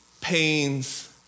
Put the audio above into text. pains